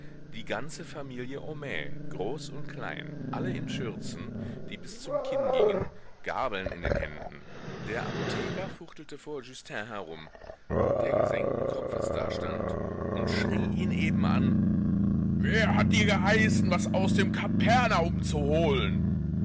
die ganze familie homais groß und klein alle in schürzen die bis zum kinn gingen gabeln in den händen der apotheker fuchtelte vor justin herum der gesenkten kopfes dastand und schrie ihn eben an wer hat dir geheißen was aus dem kapernaum zu holen